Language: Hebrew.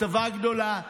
כתבה גדולה,